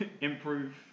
improve